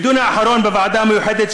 בדיון האחרון בוועדה המיוחדת,